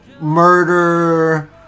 murder